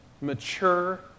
mature